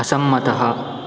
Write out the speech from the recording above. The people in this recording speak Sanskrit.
असम्मतः